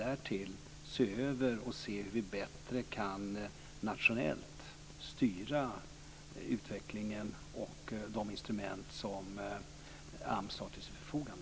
Därtill ska vi göra en översyn och se hur vi kan styra utvecklingen bättre nationellt och använda de instrument som AMS har till sitt förfogande.